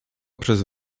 przez